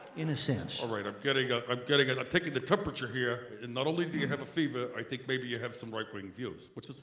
in a sense. all right, i'm getting, ah ah getting it i'm taking the temperature here and not only do you have a fever i think maybe you have some right-wing views. no,